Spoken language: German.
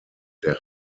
der